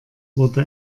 wurde